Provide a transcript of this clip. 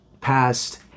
past